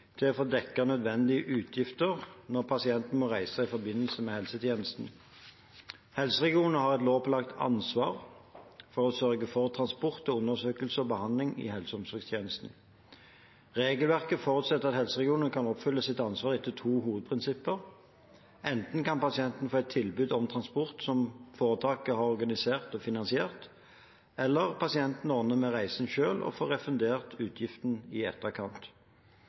til å få dekket nødvendige utgifter når pasienten må reise i forbindelse med en helsetjeneste. Helseregionene har et lovpålagt ansvar for å sørge for transport til undersøkelse og behandling i helse- og omsorgstjenesten. Regelverket forutsetter at helseregionene kan oppfylle sitt ansvar etter to hovedprinsipper: Enten kan pasienten få et tilbud om transport som foretaket har organisert og finansiert, eller pasienten ordner med reisen selv og får refundert utgiftene i etterkant.